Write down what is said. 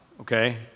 Okay